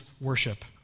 worship